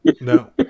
No